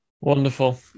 Wonderful